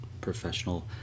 professional